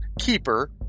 Keeper